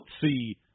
see